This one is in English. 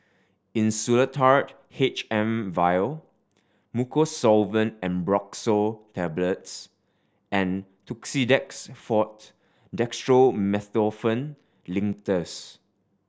Insulatard H M Vial Mucosolvan Ambroxol Tablets and Tussidex Forte Dextromethorphan Linctus